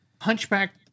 Hunchback